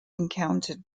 encountered